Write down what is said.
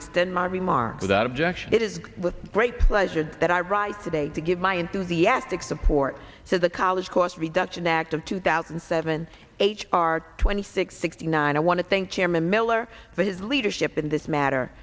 extend my remarks without objection it is with great pleasure that i write today to give my enthusiastic support to the college cost reduction act of two thousand and seven h r twenty six sixty nine i want to thank chairman miller for his leadership in this matter